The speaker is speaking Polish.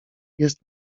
jest